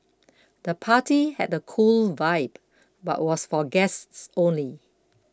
the party had a cool vibe but was for guests only